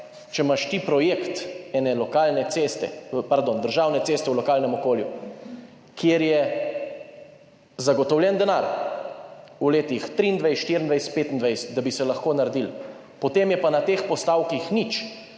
Če imaš ti projekt državne ceste v lokalnem okolju, kjer je zagotovljen denar v letih 2023, 2024, 2025, da bi se lahko naredilo, potem je pa na teh postavkah nič,